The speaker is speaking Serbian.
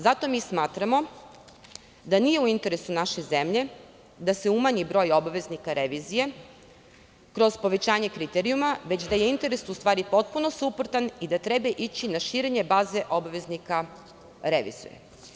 Zato mi smatramo da nije u interesu naše zemlje da se umanji broj obaveznika revizije kroz povećanje kriterijuma već da je interes u stvari potpuno suprotan i da treba ići na širenje baze obveznika revizije.